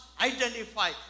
identify